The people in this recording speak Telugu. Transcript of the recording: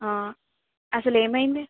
అసలు ఏమైంది